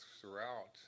throughout